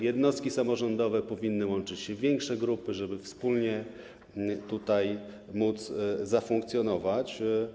Jednostki samorządowe powinny łączyć się w większe grupy, żeby wspólnie móc zafunkcjonować.